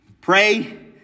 Pray